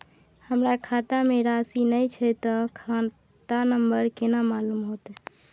हमरा खाता में राशि ने छै ते खाता नंबर केना मालूम होते?